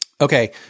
okay